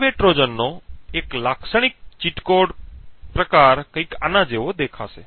hardware ટ્રોજનનો એક લાક્ષણિક ચીટ કોડ પ્રકાર આના જેવો દેખાશે